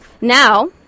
Now